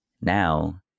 Now